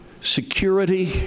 security